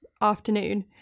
afternoon